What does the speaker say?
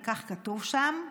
וכך כתוב שם: